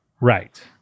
Right